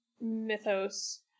mythos